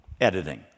editing